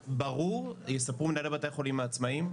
ברור, יספרו מנהלי בתי החולים העצמאיים,